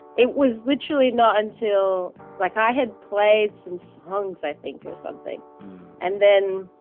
it was literally not until like i had played since hung so i think something and then.